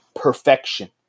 perfection